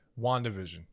WandaVision